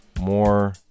more